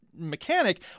Mechanic